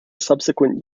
subsequent